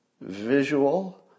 visual